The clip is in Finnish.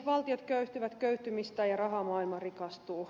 valtiot köyhtyvät köyhtymistään ja rahamaailma rikastuu